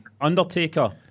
Undertaker